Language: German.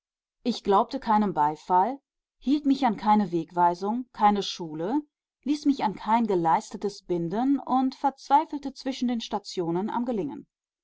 ich glaubte keinem beifall hielt mich an keine wegweisung keine schule ließ mich an kein geleistetes binden und verzweifelte zwischen den stationen am gelingen